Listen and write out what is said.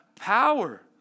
power